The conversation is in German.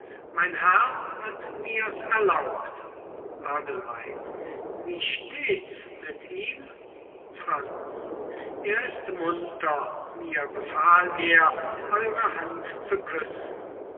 mein herr hat mir's erlaubt adelheid wie steht's mit ihm franz er ist munter mir befahl er eure hand zu küssen